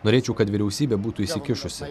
norėčiau kad vyriausybė būtų įsikišusi